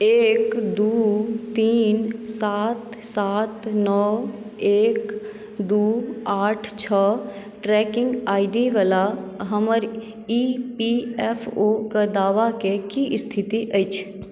एक दू तीन सात सात नओ एक दू आठ छओ ट्रैकिंग आई डी वाला हमर ई पी एफ ओ दावाक की स्थिति अछि